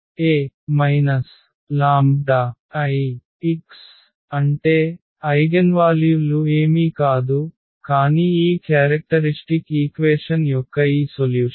A λI అంటే eigenvalue లు ఏమీ కాదు కానీ ఈ క్యారెక్టరిష్టిక్ ఈక్వేషన్ యొక్క ఈ సొల్యూషన్